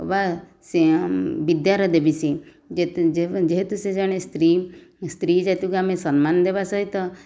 ଅବା ବିଦ୍ୟାର ଦେବୀ ସିଏ ଯେହେତୁ ସିଏ ଜଣେ ସ୍ତ୍ରୀ ସ୍ତ୍ରୀ ଜାତିକୁ ଆମେ ସମ୍ମାନ ଦେବା ସହିତ